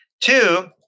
Two